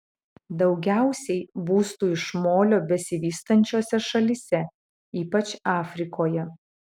daugiausiai būstų iš molio besivystančiose šalyse ypač afrikoje